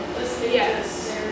Yes